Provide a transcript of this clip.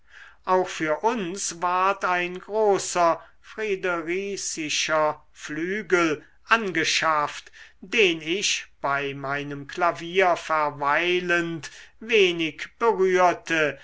auch für uns ward ein großer friedericischer flügel angeschafft den ich bei meinem klavier verweilend wenig berührte